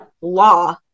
law